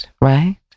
right